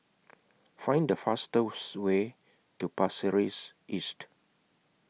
Find The fastest Way to Pasir Ris East